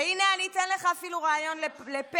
והינה, אני אתן לך אפילו רעיון לפרק,